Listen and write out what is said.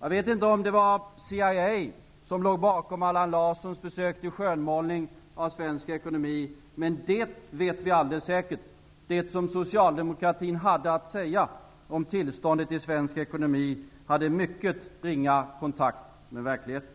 Jag vet inte om det var CIA som låg bakom Allan Larssons försök till skönmålning av svensk ekonomi, men vi vet alldeles säkert att det som socialdemokratin hade att säga om tillståndet i svensk ekonomi hade mycket ringa kontakt med verkligheten.